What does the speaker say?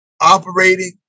operating